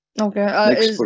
Okay